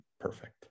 perfect